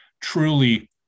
truly